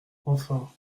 enfin